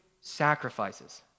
sacrifices